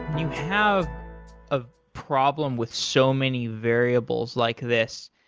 you have a problem with so many variables like this.